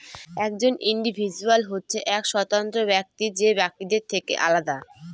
একজন ইন্ডিভিজুয়াল হচ্ছে এক স্বতন্ত্র ব্যক্তি যে বাকিদের থেকে আলাদা